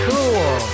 Cool